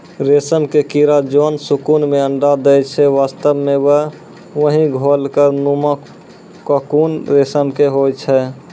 रेशम के कीड़ा जोन ककून मॅ अंडा दै छै वास्तव म वही गोल घर नुमा ककून रेशम के होय छै